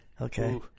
Okay